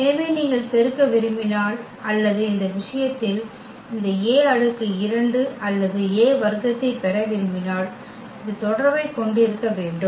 எனவே நீங்கள் பெருக்க விரும்பினால் அல்லது இந்த விஷயத்தில் இந்த A அடுக்கு 2 அல்லது A வர்க்கத்தைப் பெற விரும்பினால் இந்த தொடர்பைக் கொண்டிருக்க வேண்டும்